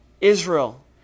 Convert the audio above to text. Israel